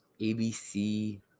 abc